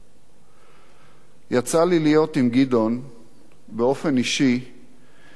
יצא לי להיות עם גדעון באופן אישי משנת 1982,